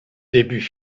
début